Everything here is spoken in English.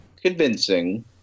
Convincing